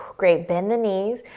great. bend the knees,